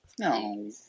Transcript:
No